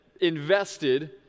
invested